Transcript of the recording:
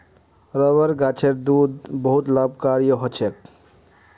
rubber गाछेर दूध बहुत लाभकारी ह छेक